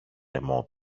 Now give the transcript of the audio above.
λαιμό